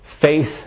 Faith